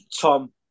Tom